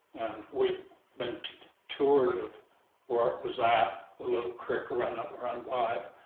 we'd been toured of where it was at, a little crick run up around watt,